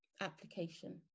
application